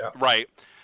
Right